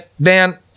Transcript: Dan